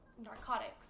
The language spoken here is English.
narcotics